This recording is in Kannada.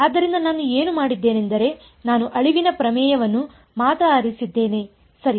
ಆದ್ದರಿಂದ ನಾನು ಏನು ಮಾಡಿದ್ದೇನೆಂದರೆ ನಾನು ಅಳಿವಿನ ಪ್ರಮೇಯವನ್ನು ಮಾತ್ರ ಆರಿಸಿದ್ದೇನೆ ಸರಿ